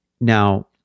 Now